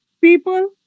people